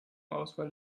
ausfall